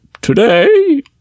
today